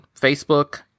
Facebook